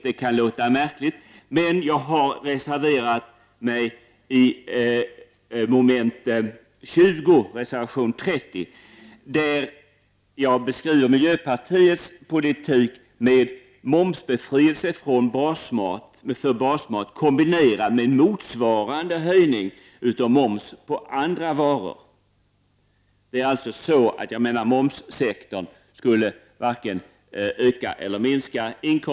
Det kan låta märkligt, men jag har reserverat mig angående mom. 20, i reservation 30. Där beskriver jag miljöpartiets politik med momsbefrielse för basmat kombinerad med motsvarande höjning av momsen på andra varor. Jag menar alltså att momsinkomsterna varken skulle öka eller minska.